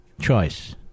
choice